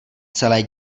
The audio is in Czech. celé